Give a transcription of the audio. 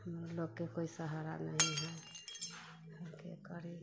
हम लोग के कोई सहारा नहीं है हम क्या करें